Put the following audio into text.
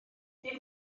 dydd